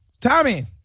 Tommy